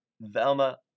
Velma